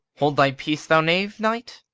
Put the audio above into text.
hold thy peace, thou knave knight?